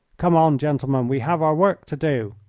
come on, gentlemen, we have our work to do!